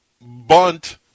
Bunt